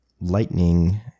Lightning